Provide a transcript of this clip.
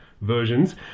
Versions